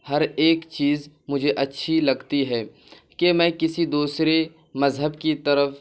ہر ایک چیز مجھے اچھی لگتی ہے کہ میں کسی دوسرے مذہب کی طرف